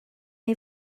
neu